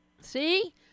See